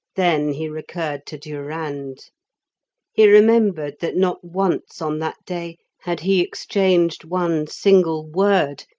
then he recurred to durand he remembered that not once on that day had he exchanged one single word,